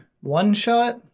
one-shot